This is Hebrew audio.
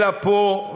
אלא פה,